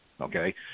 okay